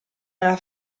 nella